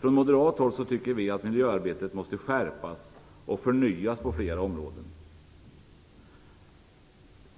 Från moderat håll anser vi att miljöarbetet måste skärpas och förnyas på flera områden.